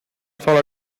solo